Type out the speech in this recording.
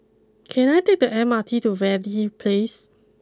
can I take the M R T to Verde place